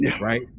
right